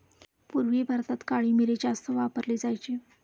पूर्वी भारतात काळी मिरी जास्त वापरली जायची